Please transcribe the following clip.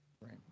Right